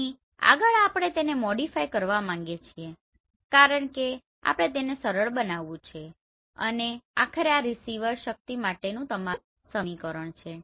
અહીં આગળ આપણે તેને મોડીફાય કરવા માગીએ છીએ કારણ કે આપણે તેને સરળ બનાવવું છે અને આખરે આ રીસીવડ શક્તિ માટેનું તમારું સમીકરણ છે